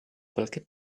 qualche